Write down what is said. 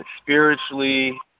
spiritually